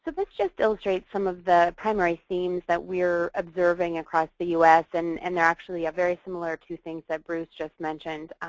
but let's just illustrate some of the primary scenes that we are observing across the us and and actually, ah very similar two things that bruce just mentioned.